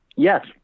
Yes